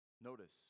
Notice